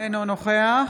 אינו נוכח